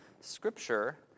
Scripture